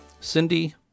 Cindy